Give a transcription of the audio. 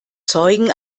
zeugen